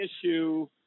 issue